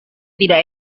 tidak